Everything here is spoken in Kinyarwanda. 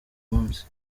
munsi